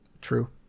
True